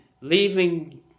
leaving